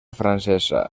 francesa